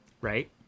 right